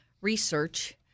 research